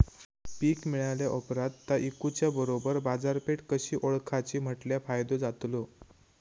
पीक मिळाल्या ऑप्रात ता इकुच्या बरोबर बाजारपेठ कशी ओळखाची म्हटल्या फायदो जातलो?